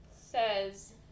says